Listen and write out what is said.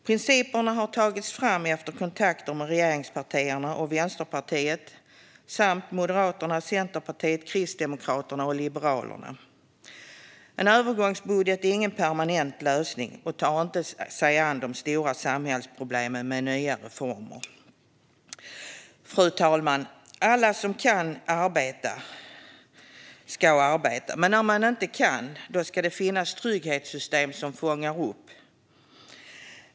Principerna har tagits fram efter kontakter med regeringspartierna och Vänsterpartiet samt Moderaterna, Centerpartiet, Kristdemokraterna och Liberalerna. En övergångsbudget är ingen permanent lösning, och den tar inte sig inte an de stora samhällsproblemen med nya reformer. Fru talman! Alla som kan ska arbeta, men när man inte kan ska det finnas trygghetssystem som fångar upp.